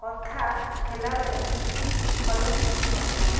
କଥା ହେଲାବେଳେ ଭଲ ଶୁଭୁ ନଥିଲା